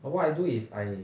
but what I do is I